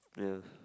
yes